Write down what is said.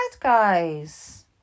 guys